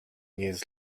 years